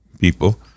people